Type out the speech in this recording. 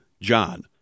John